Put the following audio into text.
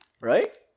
right